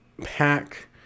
pack